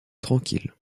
tranquille